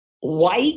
White